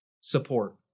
support